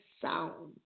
sound